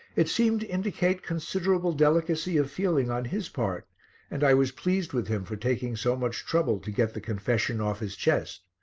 it seemed to indicate considerable delicacy of feeling on his part and i was pleased with him for taking so much trouble to get the confession off his chest.